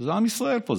זה עם ישראל פה,